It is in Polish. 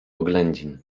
oględzin